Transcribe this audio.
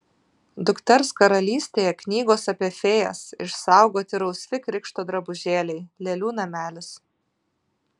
dukters karalystėje knygos apie fėjas išsaugoti rausvi krikšto drabužėliai lėlių namelis